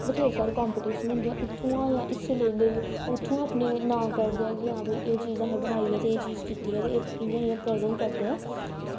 बथ्हेरे सारे कंपीटिशन होंदे उत्थुआं गै इसी लेइयै ते इत्थुआं गै एह् चीज़ बनाई ऐ ते इंया इंया प्रजर्व करदा ऐ